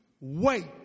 wait